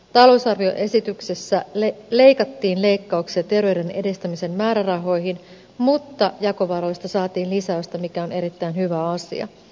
talousarvioesityksessä tehtiin leikkauksia terveyden edistämisen määrärahoihin mutta jakovaroista saatiin lisäystä mikä on erittäin hyvä asia